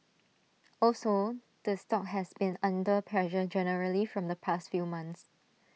also the stock has been under pressure generally from the past few months